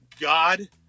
God